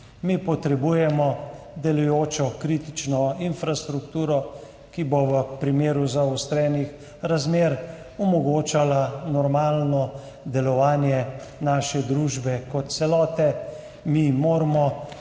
Mi potrebujemo delujočo kritično infrastrukturo, ki bo v primeru zaostrenih razmer omogočala normalno delovanje naše družbe kot celote. Mi moramo